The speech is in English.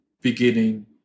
beginning